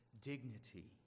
dignity